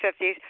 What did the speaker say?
50s